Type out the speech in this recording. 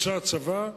אנשי הצבא,